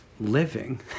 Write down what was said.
living